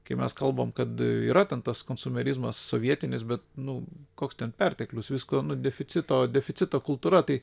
kai mes kalbam kad yra ten tas konsumerizmas sovietinis bet nu koks ten perteklius visko nu deficito deficito kultūra tai